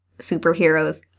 superheroes